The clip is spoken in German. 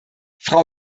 frau